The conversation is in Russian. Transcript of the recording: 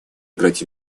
играть